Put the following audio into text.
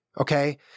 Okay